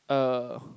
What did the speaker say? err